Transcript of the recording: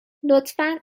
لطفا